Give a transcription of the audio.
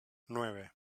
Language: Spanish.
nueve